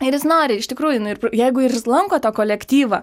ir jis nori iš tikrųjų nu ir jeigu ir jis lanko tą kolektyvą